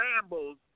rambles